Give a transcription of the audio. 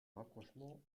rapprochement